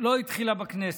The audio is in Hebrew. לא התחילה בכנסת,